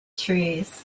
trees